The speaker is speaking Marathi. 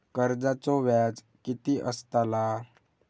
कर्जाचो व्याज कीती असताला?